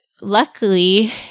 luckily